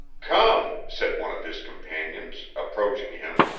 come, said one of his companions, approaching him,